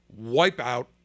wipeout